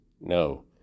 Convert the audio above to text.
No